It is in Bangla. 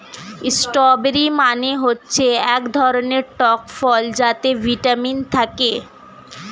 স্ট্রবেরি মানে হচ্ছে এক ধরনের টক ফল যাতে ভিটামিন থাকে